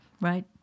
Right